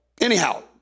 anyhow